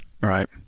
Right